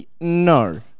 No